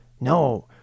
No